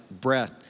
breath